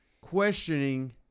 questioning